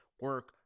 Work